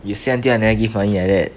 you say until I never give money like that